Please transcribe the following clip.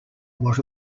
what